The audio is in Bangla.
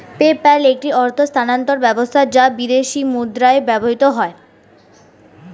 পেপ্যাল একটি অর্থ স্থানান্তর ব্যবস্থা যা বিদেশী মুদ্রায় ব্যবহৃত হয়